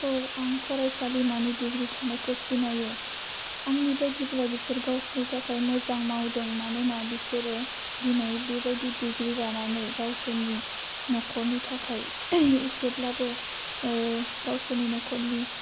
औ आं फरायसालिमानि डिग्रि थानायखौ सिनायो आंनि बायदिब्ला बिसोर गावसोरनि थाखाय मोजां मावदों मानोना बिसोरो दिनै बे बायदि डिग्रि लानानै गावसोरनि नख'रनि थाखाय एसेब्लाबो गावसोरनि नख'रनि